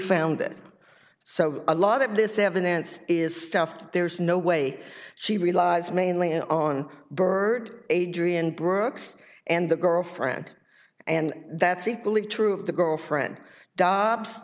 found it so a lot of this evidence is stuff that there's no way she relies mainly on byrd adrian brooks and the girlfriend and that's equally true of the girlfriend do